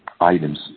items